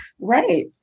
Right